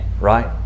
right